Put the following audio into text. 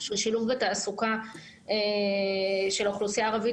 שהוא שילוב בתעסוקה של האוכלוסייה הערבית,